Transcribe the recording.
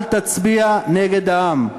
אל תצביע נגד העם.